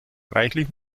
reichlich